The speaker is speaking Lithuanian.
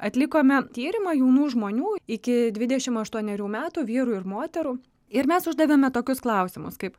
atlikome tyrimą jaunų žmonių iki dvidešim aštuonerių metų vyrų ir moterų ir mes uždavėme tokius klausimus kaip